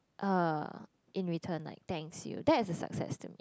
uh in return like thanks you that is a success to me